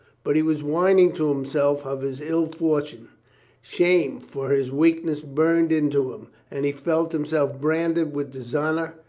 but he was whining to himself of his ill fortune shame for his weakness burned into him, and he felt himself branded with dishonor,